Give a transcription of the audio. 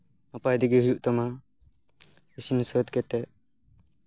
ᱱᱟᱯᱟᱭ ᱛᱮᱜᱮ ᱦᱩᱭᱩᱜ ᱛᱟᱢᱟ ᱤᱥᱤᱱ ᱥᱟᱹᱛ ᱠᱟᱛᱮᱫ